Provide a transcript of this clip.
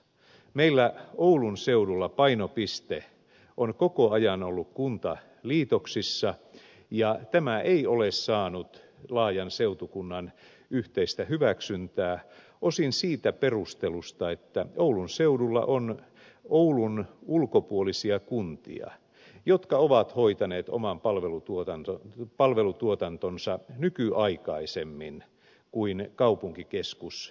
meillä oulun seudulla painopiste on koko ajan ollut kuntaliitoksissa ja tämä ei ole saanut laajan seutukunnan yhteistä hyväksyntää osin sen perustelun johdosta että oulun seudulla on oulun ulkopuolisia kuntia jotka ovat hoitaneet oman palvelutuotantonsa nykyaikaisemmin kuin kaupunkikeskus oulu